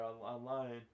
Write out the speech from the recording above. online